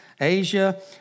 Asia